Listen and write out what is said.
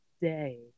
day